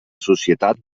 societat